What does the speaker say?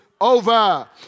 over